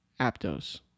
Aptos